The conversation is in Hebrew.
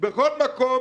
בכל מקום